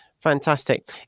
Fantastic